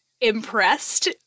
impressed